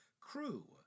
crew